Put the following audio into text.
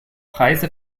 preise